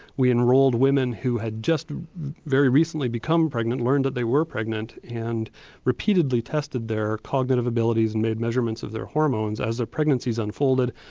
we enrolled women who had just very recently become pregnant, learned that they were pregnant and repeatedly tested their cognitive abilities and made measurements of their hormones as their pregnancies unfolded,